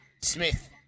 Smith